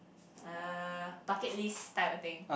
uh bucket list type of thing